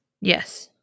Yes